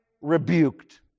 rebuked